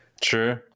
True